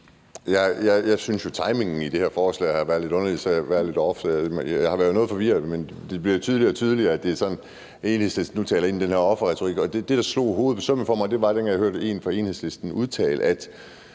Jeg synes jo, at timingen i det her forslag har været lidt underlig, så jeg har været noget forvirret. Men det bliver tydeligere og tydeligere, at det er sådan, at Enhedslisten nu taler ind i den her offerretorik. Det, der slog hovedet på sømmet for mig, var noget, jeg hørte en fra Enhedslisten udtale. Vi